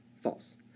False